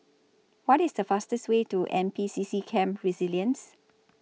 What IS The fastest Way to N P C C Camp Resilience